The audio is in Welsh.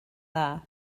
dda